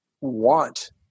want